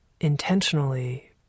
intentionally